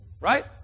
Right